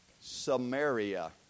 Samaria